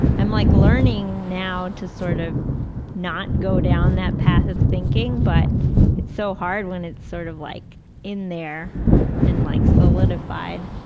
i'm like learning now to sort of not go down that path of thinking, but it's so hard when it's sort of like in there and like solidified.